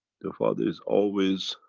the father is always